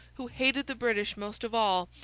who hated the british most of all,